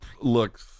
Look